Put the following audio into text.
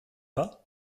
pas